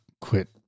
quit